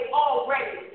already